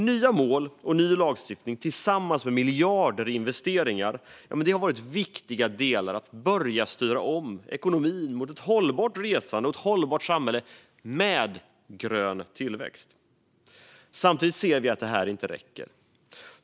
Nya mål och ny lagstiftning, tillsammans med miljarder i investeringar, har varit viktiga delar i att börja styra om ekonomin mot ett hållbart resande och ett hållbart samhälle med grön tillväxt. Samtidigt ser vi att detta inte räcker.